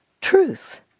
truth